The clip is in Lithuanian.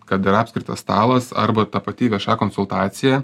kad ir apskritas stalas arba ta pati vieša konsultacija